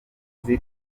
uko